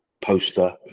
poster